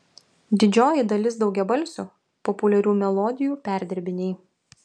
didžioji dalis daugiabalsių populiarių melodijų perdirbiniai